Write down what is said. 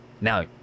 Now